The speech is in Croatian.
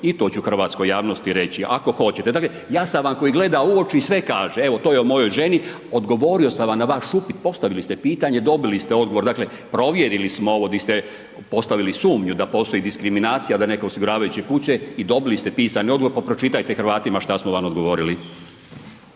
i to ću hrvatskoj javnosti reći ako hoćete, dakle ja sam vam koji gleda u oči i sve kaže, evo to je o mojoj ženi, odgovorio sam vam na vaš upit, postavili ste pitanje, dobili ste odgovor, dakle provjerili smo ovo di ste postavili sumnju da postoji diskriminacija da neke osiguravajuće kuće i dobili ste pisani odgovor, pa pročitajte Hrvatima šta smo vam odgovorili.